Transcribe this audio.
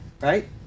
right